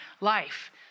life